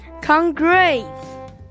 Congrats